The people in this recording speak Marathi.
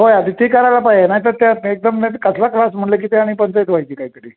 हो आधी ते करायला पाहिजे ना तर त्यात एकदम ना कसला त्रास म्हणलं की ते आणि पंचाईत व्हायची काहीतरी